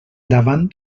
davant